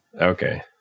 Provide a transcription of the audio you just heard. Okay